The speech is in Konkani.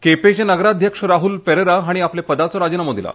केंपेचे नगराध्यक्ष राहूल परैरा हांणी आपल्या पदाचो राजिनामनो दिला